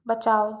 बचाओ